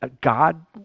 god